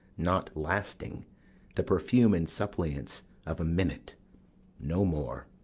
not lasting the perfume and suppliance of a minute no more.